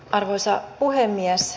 arvoisa puhemies